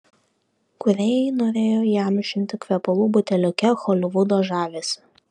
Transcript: kūrėjai norėjo įamžinti kvepalų buteliuke holivudo žavesį